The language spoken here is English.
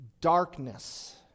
darkness